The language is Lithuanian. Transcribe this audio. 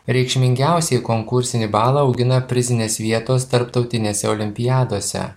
reikšmingiausiai konkursinį balą augina prizinės vietos tarptautinėse olimpiadose